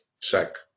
check